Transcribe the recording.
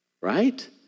Right